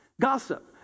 gossip